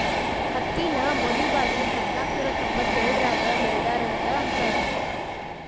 ಹತ್ತಿನ ಮೊದಲಬಾರಿ ಹದನಾಕನೂರಾ ತೊಂಬತ್ತೆರಡರಾಗ ಬೆಳದರಂತ ಅಂತಾರ